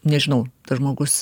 nežinau tas žmogus